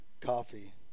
coffee